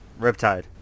Riptide